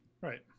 Right